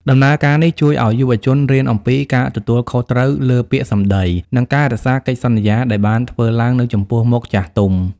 ដំណើរការនេះជួយឱ្យយុវជនរៀនអំពី "ការទទួលខុសត្រូវលើពាក្យសម្តី" និងការរក្សាកិច្ចសន្យាដែលបានធ្វើឡើងនៅចំពោះមុខចាស់ទុំ។